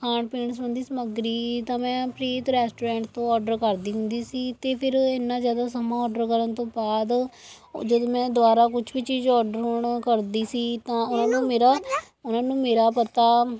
ਖਾਣ ਪੀਣ ਸੰਬੰਧੀ ਸਮੱਗਰੀ ਤਾਂ ਮੈਂ ਪ੍ਰੀਤ ਰੈਸਟੋਰੈਂਟ ਤੋਂ ਔਡਰ ਕਰਦੀ ਹੁੰਦੀ ਸੀ ਅਤੇ ਫਿਰ ਇੰਨਾਂ ਜ਼ਿਆਦਾ ਸਮਾਂ ਔਡਰ ਕਰਨ ਤੋਂ ਬਾਅਦ ਜਦੋਂ ਮੈਂ ਦੁਬਾਰਾ ਕੁਛ ਵੀ ਚੀਜ਼ ਔਡਰ ਹੁਣ ਕਰਦੀ ਸੀ ਤਾਂ ਉਹਨਾਂ ਨੂੰ ਮੇਰਾ ਉਹਨਾਂ ਨੂੰ ਮੇਰਾ ਪਤਾ